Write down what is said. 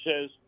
says